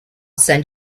send